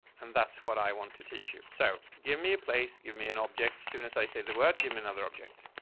and that's what i want to teach you. so give me a place, give me an object. as soon as i say the word, give him another object.